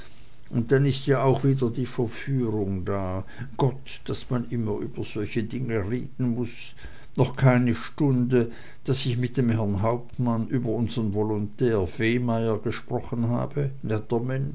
und dann ist ja auch gleich wieder die verführung da gott daß man gerade immer über solche dinge reden muß noch keine stunde daß ich mit dem herrn hauptmann über unsern volontär vehmeyer gesprochen habe